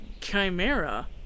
chimera